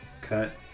cut